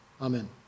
Amen